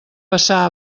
passar